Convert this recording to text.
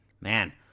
man